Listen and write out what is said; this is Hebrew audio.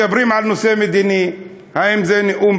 מדברים על נושא מדיני: האם זה נאום